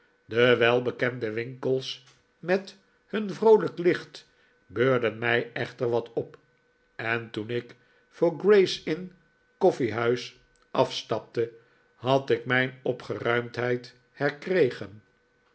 de welbekende winkels met hun vroolijk licht beurden mij echter wat op en toen ik voor gray's inn koffiehuis afstapte had ik mijn opgeruimdheid herkregen